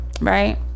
right